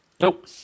Nope